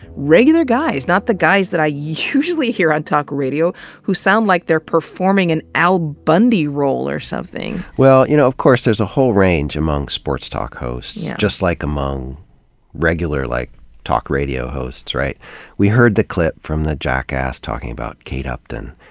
regular guys, not the guys that i usually hear on talk radio who sound like they're performing an al bundy role or something. you know of course there's a whole range among sports talk hosts. just like among regular like talk radio hosts. we heard the clip from the jackass talking about kate upton,